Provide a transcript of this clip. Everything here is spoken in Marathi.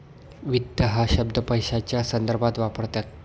वित्त हा शब्द पैशाच्या संदर्भात वापरतात